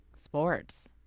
sports